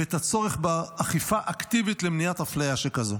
ואת הצורך באכיפה אפקטיבית למניעת אפליה שכזו.